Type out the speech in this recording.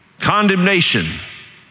Condemnation